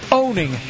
owning